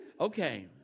Okay